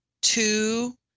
two